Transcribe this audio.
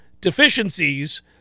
deficiencies